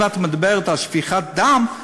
אם את מדברת על שפיכת דם,